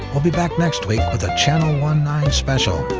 we'll be back next week with a channel one-nine special,